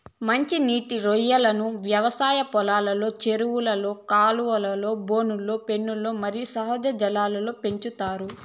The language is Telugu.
మంచి నీటి రొయ్యలను వ్యవసాయ పొలంలో, చెరువులు, కాలువలు, బోనులు, పెన్నులు మరియు సహజ జలాల్లో పెంచుతారు